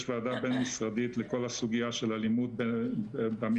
יש ועדה בין-משרדית לכל הסוגיה של אלימות במשפחה.